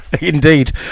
indeed